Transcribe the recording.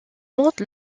monde